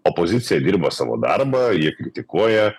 opozicija dirba savo darbą ji kritikuoja